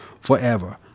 forever